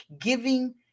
giving